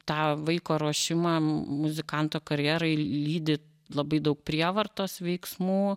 tą vaiko ruošimą muzikanto karjerai lydi labai daug prievartos veiksmų